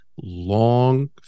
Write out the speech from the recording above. long